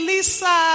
Lisa